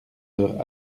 heures